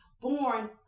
born